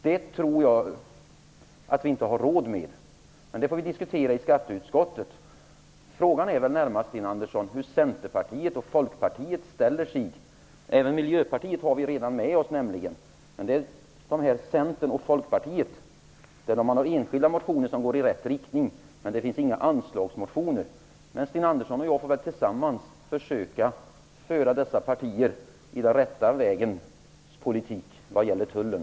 Det tror jag inte vi har råd med. Men det får vi diskutera i skatteutskottet. Frågan är väl närmast, Sten Andersson, hur Centerpartiet och Folkpartiet ställer sig. Även Miljöpartiet har vi redan med oss. Det gäller att få med Centerpartiet och Folkpartiet, som har enskilda motioner i rätt riktning men inga anslagsmotioner. Sten Andersson och jag får väl tillsammans försöka föra dessa partier i den rätta vägens politik vad gäller tullen.